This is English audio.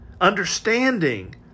understanding